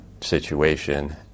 situation